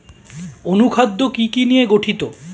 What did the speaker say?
অনুখাদ্য কি কি নিয়ে গঠিত?